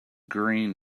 green